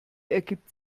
ergibt